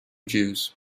jews